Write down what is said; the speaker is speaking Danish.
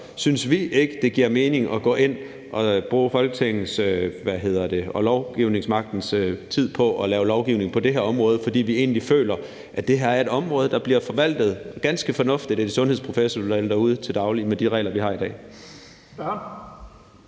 synes, det giver mening at gå ind at bruge Folketingets og lovgivningsmagtens tid på at lave lovgivning på det her område, for vi føler egentlig, at det her er et område, der bliver forvaltet ganske fornuftigt af de sundhedsprofessionelle derude til daglig med de regler, vi har i dag.